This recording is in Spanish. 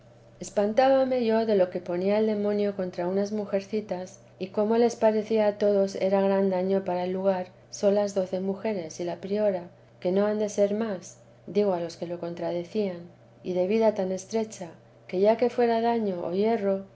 espantábame yo de lo que ponía el demonio contra unas mujercitas y cómo les parecía a todos era gran daño para el lugar solas doce mujeres y la priora que no han de ser más digo a los que lo contradecían y de vida tan estrecha que ya que fuera daño o